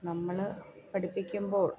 നമ്മൾ പഠിപ്പിക്കുമ്പോൾ